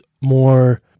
more